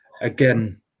again